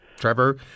Trevor